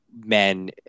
men